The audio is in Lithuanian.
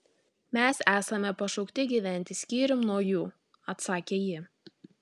mes esame pašaukti gyventi skyrium nuo jų atsakė ji